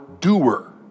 doer